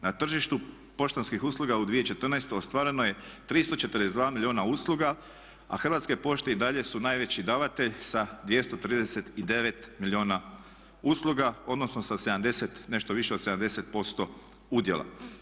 Na tržištu poštanskih usluga u 2014. ostvareno je 342 milijuna usluga a Hrvatske pošte i dalje su najveći davatelj sa 239 milijuna usluga odnosno sa 70, nešto više od 70% udjela.